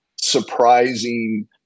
surprising